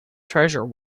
treasure